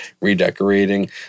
redecorating